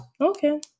Okay